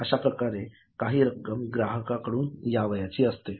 अश्या प्रकारे काही रक्कम ग्राहकांकडून यावयाची असते